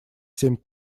семь